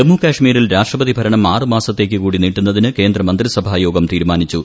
ജമ്മുകശ്മീരിൽ രാഷ്ട്രപതി ഭരണം ആറ് മാസത്തേക്ക് കൂടി നീട്ടുന്നതിന് കേന്ദ്രമന്ത്രിസഭായോഗം തീരുമാനിച്ചു